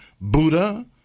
Buddha